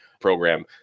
program